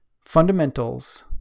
fundamentals